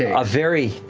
a very,